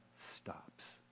stops